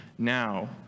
Now